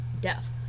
death